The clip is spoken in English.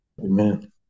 Amen